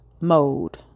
mode